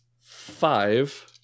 five